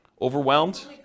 Overwhelmed